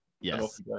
Yes